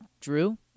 Drew